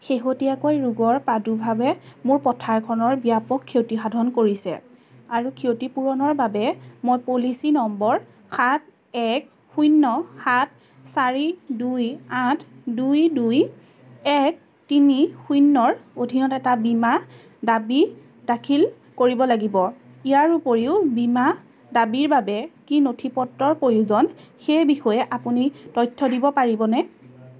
শেহতীয়াকৈ ৰোগৰ প্ৰাদুৰ্ভাৱে মোৰ পথাৰখনৰ ব্যাপক ক্ষতিসাধন কৰিছে আৰু ক্ষতিপূৰণৰ বাবে মই পলিচী নম্বৰ সাত এক শূন্য সাত চাৰি দুই আঠ দুই দুই এক তিনি শূন্যৰ অধীনত এটা বীমা দাবী দাখিল কৰিব লাগিব ইয়াৰ উপৰিও বীমা দাবীৰ বাবে কি নথিপত্ৰৰ প্ৰয়োজন সেই বিষয়ে আপুনি তথ্য দিব পাৰিবনে